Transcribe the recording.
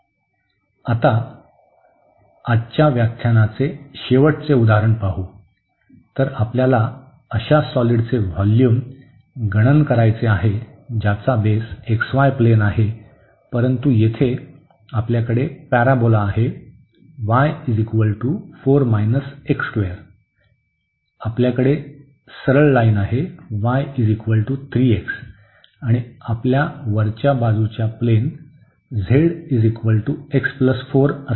आणि आता आजच्या व्याख्यानाचे शेवटचे उदाहरण तर आपल्याला अशा सॉलिडचे व्होल्यूम गणन करायचे आहे ज्याचा बेस xy प्लेन आहे परंतु आता येथे आपल्याकडे पॅराबोला आहे y आहे आपल्याकडे सरळ लाईन y 3x आहे आणि आपल्या वरच्या बाजूला प्लेन z x 4 आहे